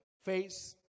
face